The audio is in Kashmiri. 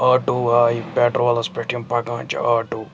آٹوٗ آیہِ پٮ۪ٹرولَس پٮ۪ٹھ یِم پَکان چھِ آٹوٗ